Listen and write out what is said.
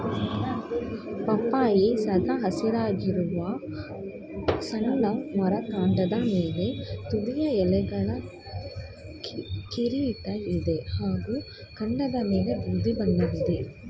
ಪಪ್ಪಾಯಿ ಸದಾ ಹಸಿರಾಗಿರುವ ಸಣ್ಣ ಮರ ಕಾಂಡದ ಮೇಲೆ ತುದಿಯ ಎಲೆಗಳ ಕಿರೀಟ ಇದೆ ಹಾಗೂ ಕಾಂಡದಮೇಲೆ ಬೂದಿ ಬಣ್ಣವಿದೆ